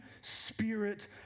spirit